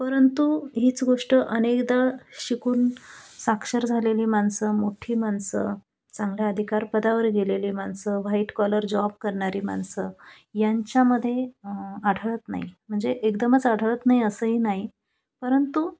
परंतु हीच गोष्ट अनेकदा शिकून साक्षर झालेली माणसं मोठ्ठी माणसं चांगल्या अधिकारपदावर गेलेली माणसं व्हाईट कॉलर जॉब करणारी माणसं यांच्यामध्ये आढळत नाही म्हणजे एकदमच आढळत नाही असंही नाही परंतु